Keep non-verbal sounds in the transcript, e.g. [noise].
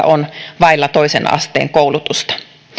[unintelligible] on vailla toisen asteen koulutusta